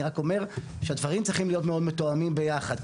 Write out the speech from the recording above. אני רק אומר שהדברים צריכים להיות מאוד מתואמים ביחד,